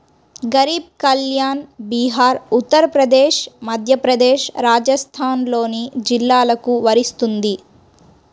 గరీబ్ కళ్యాణ్ బీహార్, ఉత్తరప్రదేశ్, మధ్యప్రదేశ్, రాజస్థాన్లోని జిల్లాలకు వర్తిస్తుంది